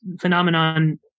phenomenon